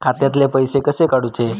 खात्यातले पैसे कसे काडूचे?